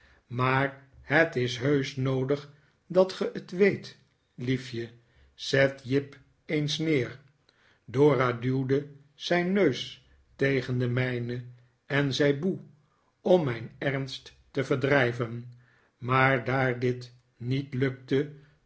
maar het is heusch noodig dat ge het weet liefje zet jip eens neer dora duwde zijn neus tegen den mijnen en zei boe om mijn ernst te verdrijven maar daar dit niet lukte